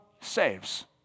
saves